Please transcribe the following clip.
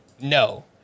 no